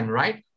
right؟